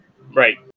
Right